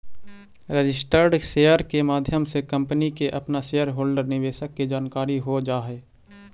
registered share के माध्यम से कंपनी के अपना शेयर होल्डर निवेशक के जानकारी हो जा हई